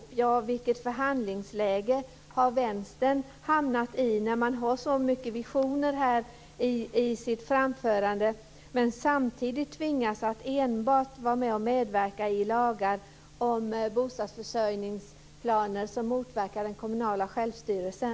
Då kan man fråga sig vilket förhandlingsläge Vänstern har hamnat i när man har så mycket visioner i sitt framförande, men samtidigt tvingas att enbart vara med och medverka i lagar om bostadsförsörjningsplaner som motverkar den kommunala självstyrelsen.